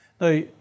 Now